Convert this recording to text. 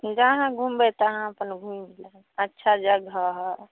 जहाँ घुमबै तहाँ अपन घुमि लिअऽ अच्छा जगह हइ